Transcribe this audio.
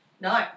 No